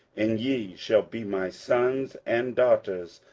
and ye shall be my sons and daughters,